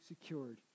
secured